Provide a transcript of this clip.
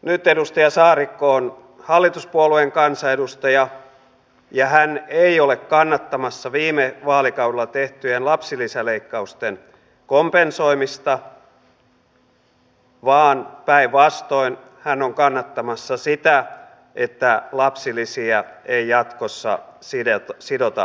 nyt edustaja saarikko on hallituspuolueen kansanedustaja ja hän ei ole kannattamassa viime vaalikaudella tehtyjen lapsilisäleikkausten kompensoimista vaan päinvastoin hän on kannattamassa sitä että lapsilisiä ei jatkossa sidota indeksiin